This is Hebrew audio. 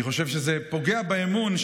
אני חושב שזה פוגע באמון,